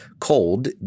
cold